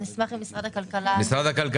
נשמח אם משרד הכלכלה יתייחס.